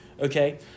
okay